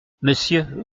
monsieur